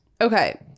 Okay